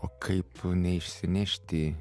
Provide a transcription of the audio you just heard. o kaip neišsinešti